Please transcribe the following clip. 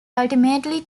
ultimately